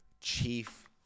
chief